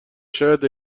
شاید